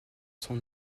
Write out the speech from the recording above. son